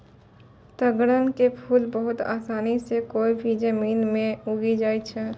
तग्गड़ के फूल बहुत आसानी सॅ कोय भी जमीन मॅ उगी जाय छै